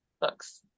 books